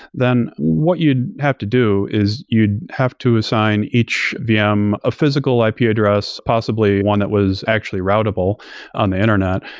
then what you'd have to do is you'd have to assign each vm a physical ip yeah address, possibly one that was actually routable on the internet.